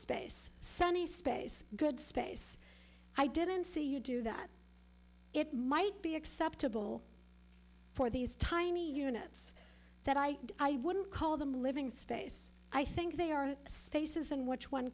space sunny space good space i didn't see you do that it might be acceptable for these tiny units that i i wouldn't call them a living space i think they are spaces in which one